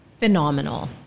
Phenomenal